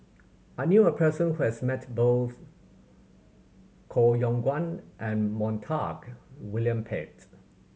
I knew a person who has met both Koh Yong Guan and Montague William Pett